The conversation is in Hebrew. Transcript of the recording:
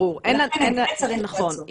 ברור, נכון.